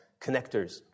connectors